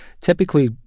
typically